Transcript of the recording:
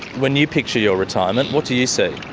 when you picture your retirement, what do you see?